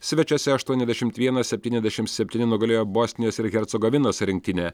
svečiuose aštuoniasdešimt vienas septyniasdešimt septyni nugalėjo bosnijos ir hercegovinos rinktinę